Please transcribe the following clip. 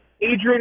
Adrian